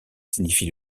signifie